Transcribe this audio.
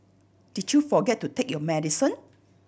did you forget to take your medicine